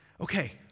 okay